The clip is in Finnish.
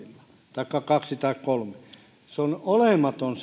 taikka kahdella tai kolmella se tulos on olematon